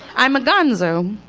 i'm a gonzo.